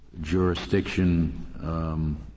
jurisdiction